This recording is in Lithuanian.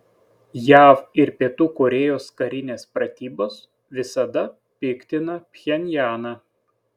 jav ir pietų korėjos karinės pratybos visada piktina pchenjaną